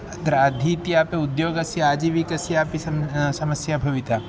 अत्र अधीत्यापि उद्योगस्य आजीविकस्यापि सं समस्या भविता